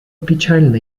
печально